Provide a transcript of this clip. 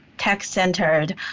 tech-centered